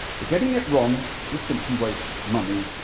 but getting it wrong will simply waste money,